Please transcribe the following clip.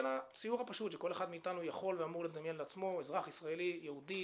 הציור הפשוט שכל אחד מאתנו יכול ואמור לדמיין לעצמו: אזרח ישראלי יהודי,